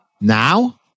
Now